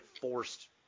forced